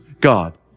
God